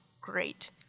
great